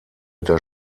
das